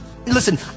Listen